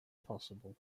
possible